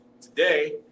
today